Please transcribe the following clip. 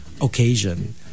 occasion